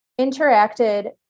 interacted